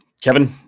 Kevin